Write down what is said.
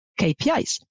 KPIs